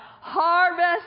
harvest